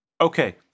Okay